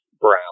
Brown